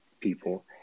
people